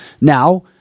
Now